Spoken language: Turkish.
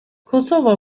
kosova